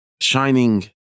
shining